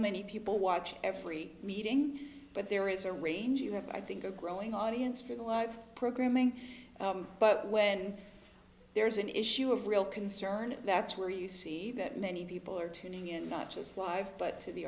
many people watch every meeting but there is a range you have i think a growing audience for the live programming but when there's an issue of real concern that's where you see that many people are tuning in not just live but to the